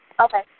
Okay